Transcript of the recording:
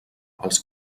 els